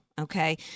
okay